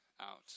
out